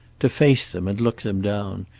to face them and look them down,